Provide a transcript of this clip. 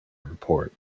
report